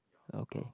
okay